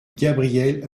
gabrielle